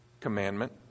commandment